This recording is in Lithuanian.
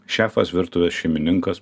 šefas virtuvės šeimininkas